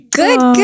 good